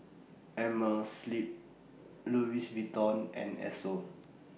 Amerisleep Louis Vuitton and Esso